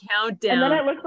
countdown